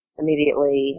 immediately